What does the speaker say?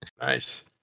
Nice